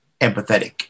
empathetic